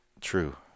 true